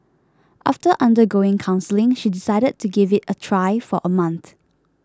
after undergoing counselling she decided to give it a try for a month